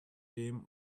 him